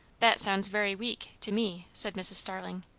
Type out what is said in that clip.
that sounds very weak, to me, said mrs. starling.